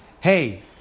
Hey